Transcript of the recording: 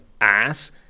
ass